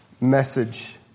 message